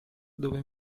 dove